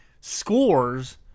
scores